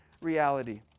reality